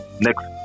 next